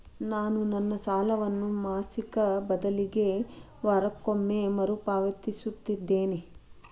ನಾನು ನನ್ನ ಸಾಲವನ್ನು ಮಾಸಿಕ ಬದಲಿಗೆ ವಾರಕ್ಕೊಮ್ಮೆ ಮರುಪಾವತಿಸುತ್ತಿದ್ದೇನೆ